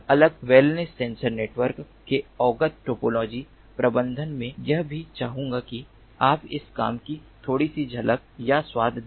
अगला wellness sensor network में अवगत टोपोलॉजी प्रबंधन मैं यह भी चाहता हूं कि आप इस काम की थोड़ी सी झलक या स्वाद दें